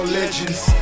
legends